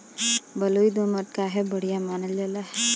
बलुई दोमट काहे बढ़िया मानल जाला?